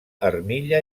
armilla